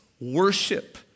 worship